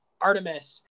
Artemis